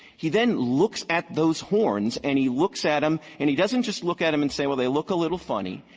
he then looks at those horns, and he looks at them, um and he doesn't just look at them and say, well, they look a little funny.